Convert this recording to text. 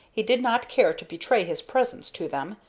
he did not care to betray his presence to them,